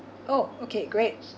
oh okay great